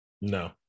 No